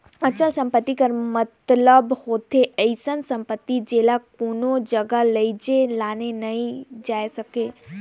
अचल संपत्ति कर मतलब होथे अइसन सम्पति जेला कोनो जगहा लेइजे लाने नी जाए सके